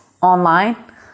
online